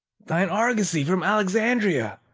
thine argosy from alexandria,